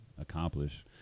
accomplish